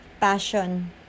passion